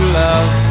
love